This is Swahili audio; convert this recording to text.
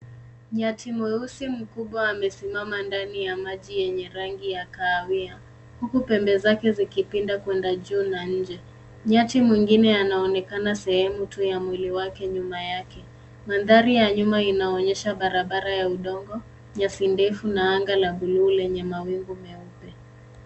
Nyati mweusi mkubwa amesimama ndani ya maji yenye rangi ya kahawia. Huku pembe zake zikipinda kwenda juu na nje. Nyati mwingine anaonekana sehemu tu ya mwili wake, nyuma yake. Mandhari ya nyuma inaonyesha barabara ya udongo, nyasi ndefu, na anga la blue lenye mawingu meupe.